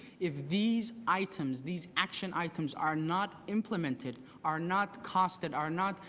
if these items, these action items are not implemented, are not costed. are not,